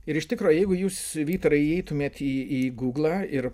ir iš tikro jeigu jūs vytarai įeitumėt į į gūglą ir